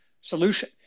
solution